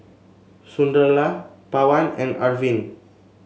Sunderlal Pawan and Arvind